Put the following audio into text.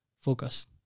focus